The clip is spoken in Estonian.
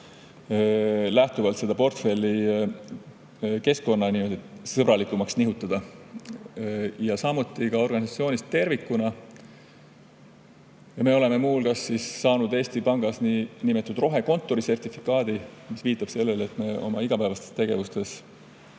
lähtuvalt seda portfelli keskkonnasõbralikumaks nihutada. Ka organisatsioonis tervikuna me oleme muu hulgas saanud Eesti Pangas niinimetatud rohekontori sertifikaadi, mis viitab sellele, et me oma igapäevastes tegevustes